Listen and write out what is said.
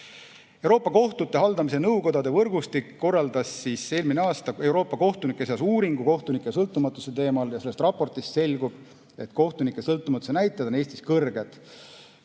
Euroopa kohtute haldamise nõukodade võrgustik korraldas eelmine aasta Euroopa kohtunike seas uuringu kohtunike sõltumatuse teemal. Sellest raportist selgub, et kohtunike sõltumatuse näitajad on Eestis kõrged.